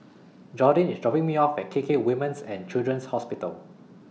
Jordyn IS dropping Me off At K K Women's and Children's Hospital